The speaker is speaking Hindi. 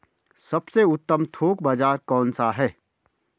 सबसे उत्तम थोक बाज़ार कौन सा है?